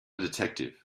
detective